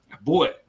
Boy